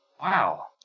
Wow